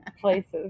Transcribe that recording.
places